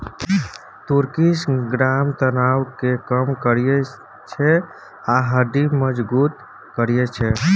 तुर्किश ग्राम तनाब केँ कम करय छै आ हड्डी मजगुत करय छै